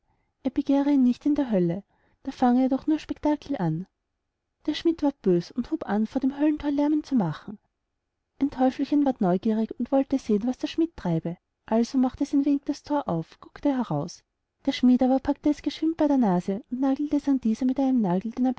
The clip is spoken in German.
begehre ihn nicht in der hölle da fange er doch nur spectakel an der schmidt ward bös und hub an vor dem höllenthor lärmen zu machen ein teufelchen ward neugierig und wollte sehen was der schmidt treibe also machte es ein wenig das thor auf guckte heraus der schmid aber packte es geschwind bei der nase und nagelte es an dieser mit dem einen nagel